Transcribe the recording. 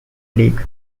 league